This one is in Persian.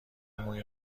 موی